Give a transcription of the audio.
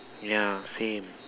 yeah same